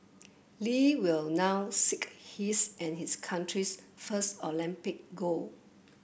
Lee will now seek his and his country's first Olympic gold